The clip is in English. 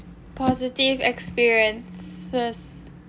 positive experiences